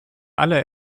alle